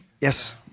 Yes